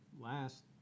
last